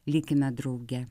likime drauge